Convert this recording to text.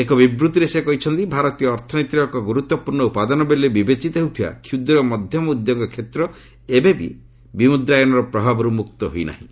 ଏକ ବିବୃତ୍ତିରେ ସେ କହିଛନ୍ତି ଭାରତୀୟ ଅର୍ଥନୀତିର ଏକ ଗୁରୁତ୍ୱପୂର୍ଣ୍ଣ ଉପାଦାନ ବୋଲି ବିବେଚିତ ହେଉଥିବା କ୍ଷୁଦ୍ର ଓ ମଧ୍ୟମ ଉଦ୍ୟୋଗ କ୍ଷେତ୍ର ଏବେବି ବିମୁଦ୍ରାୟନର ପ୍ରଭାବରୁ ମୁକ୍ତ ହୋଇ ନାହିଁ